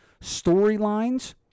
storylines